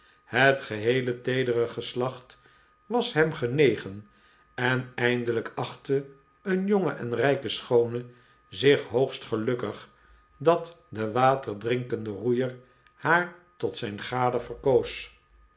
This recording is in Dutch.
het geheele teedere geslacht was hem genegen en eindelijk achtte een jonge en rijke schoone zich hoogst gelukkig dat de waterdrinkende roeier haar tot zijn gade verkoos